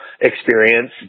experience